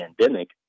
pandemic